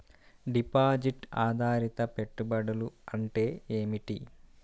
Deposit ఆధారిత పెట్టుబడులు అంటే ఏమిటి?